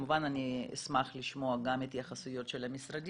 אני אשמח כמובן לשמוע גם את ההתייחסויות של המשרדים,